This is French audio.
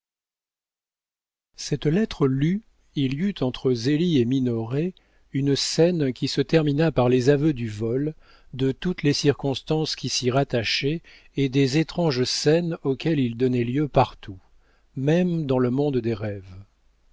cette lettre lue il y eut entre zélie et minoret une scène qui se termina par les aveux du vol de toutes les circonstances qui s'y rattachaient et des étranges scènes auxquelles il donnait lieu partout même dans le monde des rêves